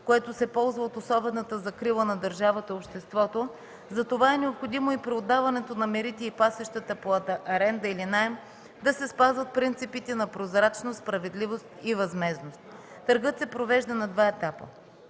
което се ползва от особената закрила на държавата и обществото. Затова е необходимо и при отдаването на мерите и пасищата под аренда или наем да се спазват принципите на прозрачност, справедливост и възмездност. Търгът се провежда на два етапа.